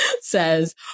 says